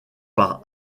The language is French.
par